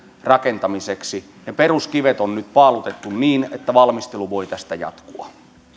rakentamiseksi on nyt paalutettu niin että valmistelu voi tästä jatkua